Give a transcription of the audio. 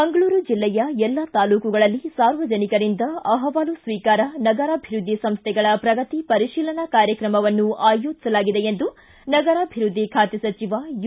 ಮಂಗಳೂರು ಜೆಲ್ಲೆಯ ಎಲ್ಲಾ ತಾಲೂಕುಗಳಲ್ಲಿ ಸಾರ್ವಜನಿಕರಿಂದ ಅಹವಾಲು ಸ್ವೀಕಾರ ನಗರಾಭಿವ್ದದ್ಲಿ ಸಂಸ್ಲೆಗಳ ಪ್ರಗತಿ ಪರಿಶೀಲನಾ ಕಾರ್ಯಕ್ರಮವನ್ನು ಆಯೋಜಿಸಲಾಗಿದೆ ಎಂದು ನಗರಾಭಿವೃದ್ದಿ ಖಾತೆ ಸಚಿವ ಯು